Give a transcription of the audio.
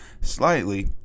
slightly